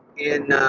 in